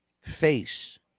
face